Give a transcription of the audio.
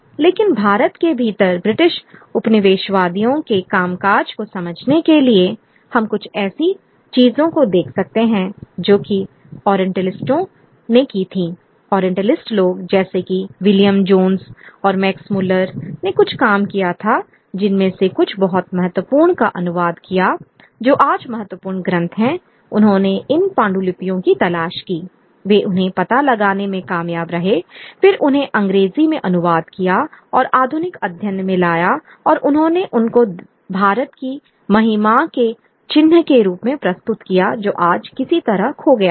लेकिन भारत के भीतर ब्रिटिश उपनिवेशवादियों के कामकाज को समझने के लिए हम कुछ ऐसी चीजों को देख सकते हैंजो कि ओरिएंटलिस्टों ने की थीं ओरिएंटलिस्ट लोग जैसे कि विलियम जोन्स और मैक्स मुलर ने कुछ काम किया था जिनमें से कुछ बहुत महत्वपूर्ण का अनुवाद किया जो आज महत्वपूर्ण ग्रंथ हैंउन्होंने इन पांडुलिपियों की तलाश की वे उन्हें पता लगाने में कामयाब रहे फिर उन्हें अंग्रेजी में अनुवाद किया और आधुनिक अध्ययन में लाया और उन्होंने उनको भारत की महिमा के चिह्न के रूप में प्रस्तुत किया जो आज किसी तरह खो गया है